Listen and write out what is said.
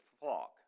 flock